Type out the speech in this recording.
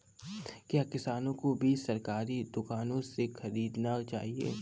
क्या किसानों को बीज सरकारी दुकानों से खरीदना चाहिए?